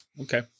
Okay